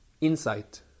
insight